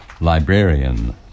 librarian